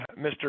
Mr